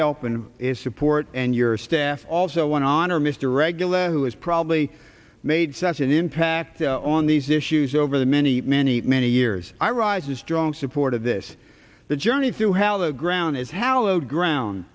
help and is support and your staff also an honor mr regular who has probably made such an impact on these issues over the many many many years i rise is strong support of this the journey through hell the ground is hallowed ground